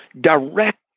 direct